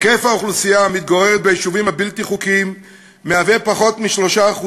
גודל האוכלוסייה המתגוררת ביישובים הבלתי-חוקיים הוא פחות מ-3%,